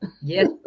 Yes